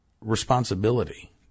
responsibility